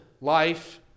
life